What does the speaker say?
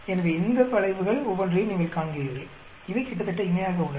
எனவே இந்த வளைவுகள் ஒவ்வொன்றையும் நீங்கள் காண்கிறீர்கள் இவை கிட்டத்தட்ட இணையாக உள்ளன